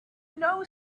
know